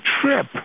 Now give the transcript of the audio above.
trip